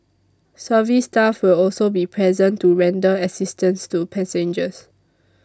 service staff will also be present to render assistance to passengers